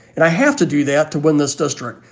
and i have to do that to win this district.